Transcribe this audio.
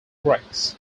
breaks